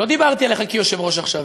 לא דיברתי עליך כיושב-ראש עכשיו.